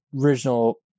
original